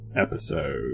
episode